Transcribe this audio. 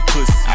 Pussy